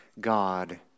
God